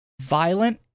violent